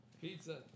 pizza